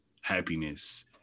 Happiness